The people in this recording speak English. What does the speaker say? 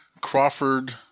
Crawford